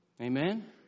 Amen